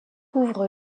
ouvre